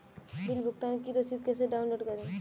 Bill भुगतान की रसीद कैसे डाउनलोड करें?